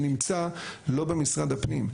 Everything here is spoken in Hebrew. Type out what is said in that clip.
נמצא לא במשרד הפנים.